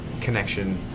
connection